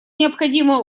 необходимое